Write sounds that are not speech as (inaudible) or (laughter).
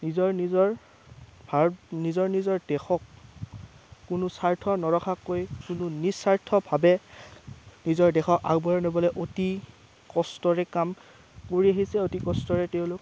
নিজৰ নিজৰ (unintelligible) নিজৰ নিজৰ দেশক কোনো স্বাৰ্থ নৰখাকৈয়ে কোনো নিস্বাৰ্থভাৱে নিজৰ দেশক আগবঢ়াই নিবলৈ অতি কষ্টৰে কাম কৰি আহিছে আৰু অতি কষ্টৰে তেওঁলোক